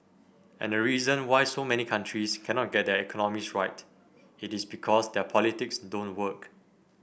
and the reason why so many countries cannot get their economies right it is because their politics don't work